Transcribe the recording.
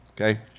Okay